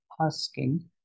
asking